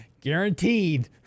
Guaranteed